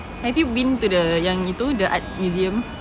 have you been to the yang itu the art museum